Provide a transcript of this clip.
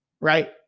right